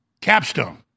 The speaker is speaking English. capstone